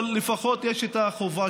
אבל לפחות יש שם את החובה.